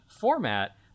format